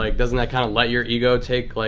like doesn't that kind of let your ego take, like,